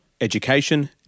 education